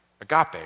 agape